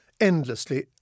endlessly